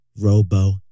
Robo